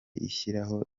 ishyiraho